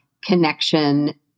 connection